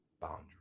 boundaries